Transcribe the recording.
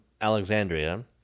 Alexandria